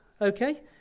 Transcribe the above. okay